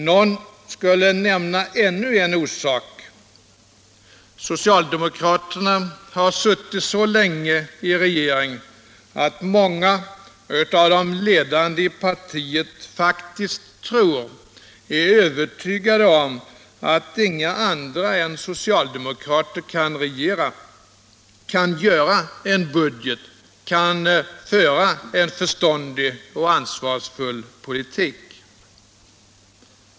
Någon skulle nämna ännu en orsak: Socialdemokraterna har suttit så länge i regeringsställning att många av de ledande i partiet faktiskt är övertygade om att inga andra än socialdemokrater kan regera, göra en budget samt föra en förståndig och ansvarsfull politik.